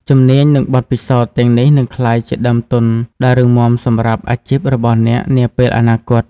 ជំនាញ និងបទពិសោធន៍ទាំងនេះនឹងក្លាយជាដើមទុនដ៏រឹងមាំសម្រាប់អាជីពរបស់អ្នកនាពេលអនាគត។